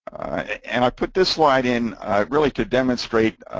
and i put this slide in really to demonstrate